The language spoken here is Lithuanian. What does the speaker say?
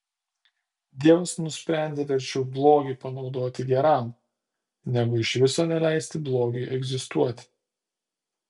dievas nusprendė verčiau blogį panaudoti geram negu iš viso neleisti blogiui egzistuoti